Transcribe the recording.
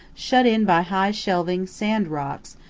shut-in by high shelving sand rocks,